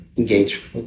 engage